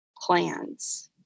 plans